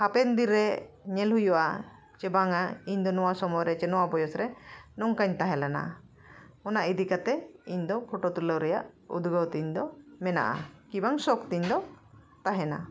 ᱦᱟᱯᱮᱱ ᱫᱤᱱᱨᱮ ᱧᱮᱞ ᱦᱩᱭᱩᱜᱼᱟ ᱥᱮ ᱵᱟᱝᱼᱟ ᱤᱧᱫᱚ ᱱᱚᱣᱟ ᱥᱚᱢᱚᱭᱨᱮ ᱥᱮ ᱱᱚᱣᱟ ᱵᱚᱭᱚᱥᱨᱮ ᱱᱚᱝᱠᱟᱧ ᱛᱟᱦᱮᱸ ᱞᱮᱱᱟ ᱚᱱᱟ ᱤᱫᱤ ᱠᱟᱛᱮᱫ ᱤᱧᱫᱚ ᱯᱷᱳᱴᱳ ᱛᱩᱞᱟᱹᱣ ᱨᱮᱱᱟᱜ ᱩᱫᱽᱜᱟᱹᱣ ᱛᱤᱧᱫᱚ ᱢᱮᱱᱟᱜᱼᱟ ᱠᱤᱵᱟᱝ ᱥᱚᱠ ᱛᱤᱧᱫᱚ ᱛᱟᱦᱮᱱᱟ